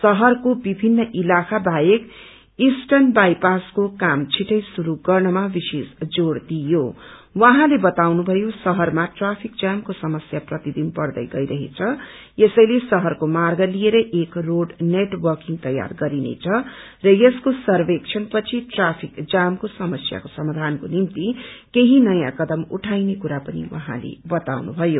शहरको विभिन्न इलाखा बाहेक इर्स्टन वाईपासको काम छिठै श्रुरू गर्नमा विशेष जोड़ दिइयो उहाँले बताउनु भयो शहरमा ट्राफिक जामको समस्या प्रतिदिन बढ़दै गैरहेछ यसैले शहरको र्माग लिएर एक रोड नेटवर्किंग तयार गरिनेछ र यसको सर्वेक्षण पछि ट्राफिक जामको समस्याको समाधानको निम्ति केही नयाँ कदम उठाईने कुरा पनि उहाँले बताउनुभयो